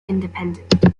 independent